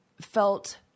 felt